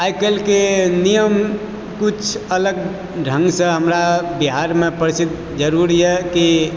आइ काल्हिके नियम किछु अलग ढङ्गसँ हमरा बिहारमे प्रचलित जरूर यऽ कि